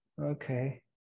okay